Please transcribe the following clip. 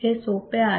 हे सोपे आहे